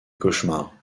cauchemars